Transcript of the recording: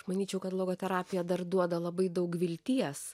manyčiau kad logoterapija dar duoda labai daug vilties